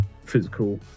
physical